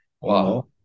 Wow